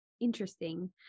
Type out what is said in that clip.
interesting